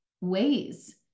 ways